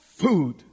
Food